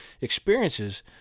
experiences